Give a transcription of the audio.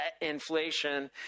inflation